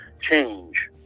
change